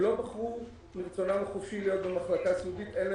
הם לא בחרו מרצונם החופשי להיות במחלקה סיעודית.